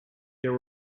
there